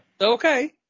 Okay